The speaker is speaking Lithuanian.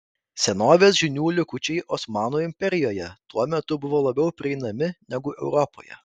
senovės žinių likučiai osmanų imperijoje tuo metu buvo labiau prieinami negu europoje